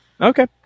Okay